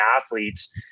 athletes